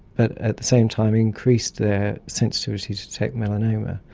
but at the same time increase their sensitivity to detect melanoma.